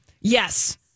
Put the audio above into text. Yes